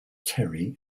terry